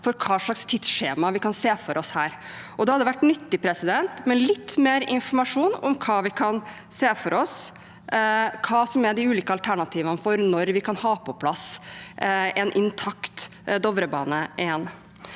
for hva slags tidsskjema vi kan se for oss. Det hadde vært nyttig med litt mer informasjon om hva vi kan se for oss, hva som er de ulike alternativene for når vi kan ha Dovrebanen intakt og på